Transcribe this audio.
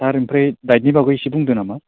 सार ओमफ्राय दाइतनि बागै इसे बुंदो नामा